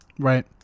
Right